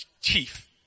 chief